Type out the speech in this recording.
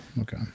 Okay